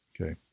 Okay